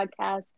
podcast